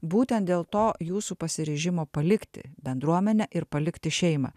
būtent dėl to jūsų pasiryžimo palikti bendruomenę ir palikti šeimą